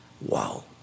Wow